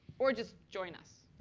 or just join us.